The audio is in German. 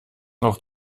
noch